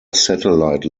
satellite